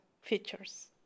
features